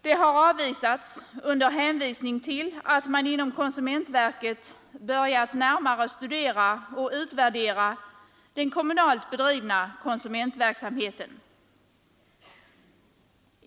Det har avvisats under hänvisning till att man inom konsumentverket börjat närmare studera och utvärdera den kommunalt bedrivna konsumentverksamheten.